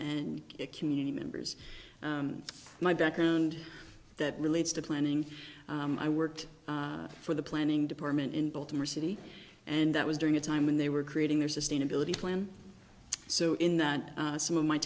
and community members my background that relates to planning i worked for the planning department in baltimore city and that was during a time when they were creating their sustainability plan so in that some of my